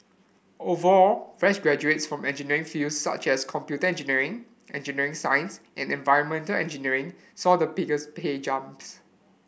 overall fresh graduates from engineering fields such as computer engineering engineering science and environmental engineering saw the biggest pay jumps